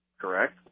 correct